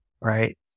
Right